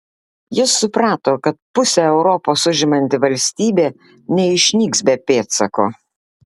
jis suprato kad pusę europos užimanti valstybė neišnyks be pėdsako